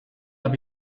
habe